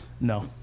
No